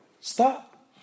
Stop